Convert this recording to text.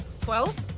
Twelve